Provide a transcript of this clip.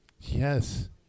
Yes